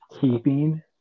keeping